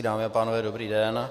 Dámy a pánové, dobrý den.